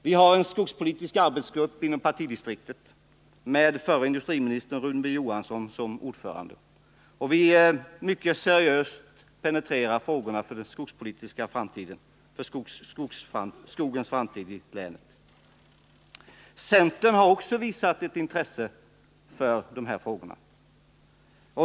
Vi har en skogspolitisk arbetsgrupp inom partidistriktet med förre industriministern Rune Johansson som ordförande, där vi mycket seriöst penetrerar frågorna om skogens framtid i länet. Centern har också visat ett intresse för dessa frågor.